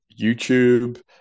youtube